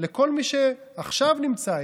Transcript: לכל מי שעכשיו נמצא,